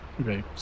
Okay